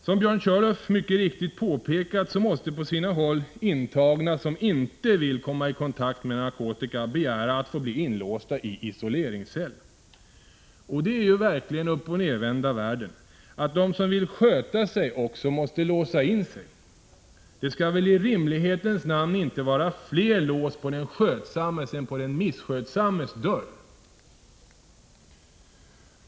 Som Björn Körlof mycket riktigt påpekade måste på sina håll intagna som inte vill komma i kontakt med narkotika begära att få bli inlåsta i isoleringscell. Och det är ju verkligen uppochvända världen att de som vill sköta sig också måste låsa in sig. Det skall väl i rimlighetens namn inte vara fler lås på den skötsammes än på den misskötsammes dörr.